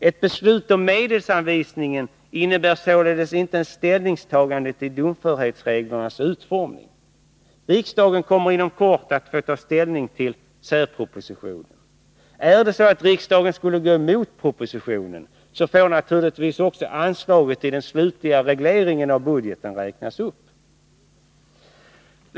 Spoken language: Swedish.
Ett beslut om medelsanvisning innebär således inte ett ställningstagande till domförhetsreglernas utformning. Riksdagen kommer inom kort att få ta ställning till särpropositionen. Om riksdagen då skulle gå emot propositionen, får naturligtvis också anslaget vid den slutliga regleringen av budgeten räknas upp.